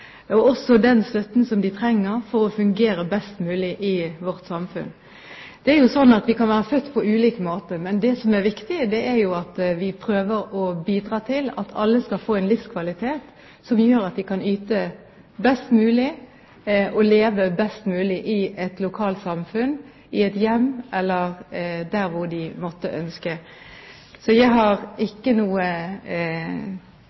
og også den støtten de trenger for å fungere best mulig i vårt samfunn. Det er slik at vi kan være født ulike, men det som er viktig, er at vi prøver å bidra til at alle skal få en livskvalitet som gjør at de kan yte best mulig og leve best mulig i et lokalsamfunn, i et hjem eller der hvor de måtte ønske. Jeg ønsker ikke å svare på noen annen måte enn at jeg